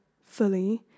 fully